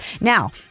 Now